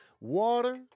Water